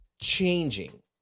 changing